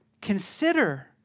consider